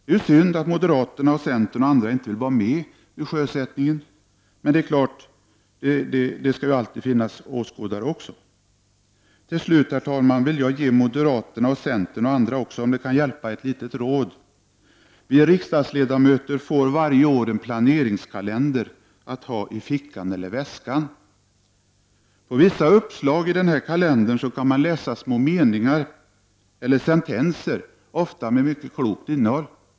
Det är synd att inte moderaterna, centern och andra vill vara med vid sjösättningen, men det skall ju alltid finnas åskådare också. Till slut, herr talman, vill jag ge moderaterna och centern och andra också, om det kan hjälpa, ett litet råd. Vi riksdagsledamöter får varje år en planeringskalender att ha i fickan eller väskan. På vissa uppslag i denna kalender kan man läsa små meningar eller sentenser, ofta med mycket klokt innehåll.